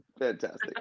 fantastic